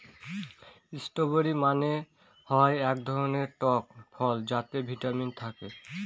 strawberry মানে হয় এক ধরনের টক ফল যাতে ভিটামিন থাকে